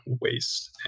waste